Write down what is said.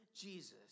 Jesus